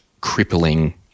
crippling